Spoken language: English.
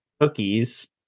cookies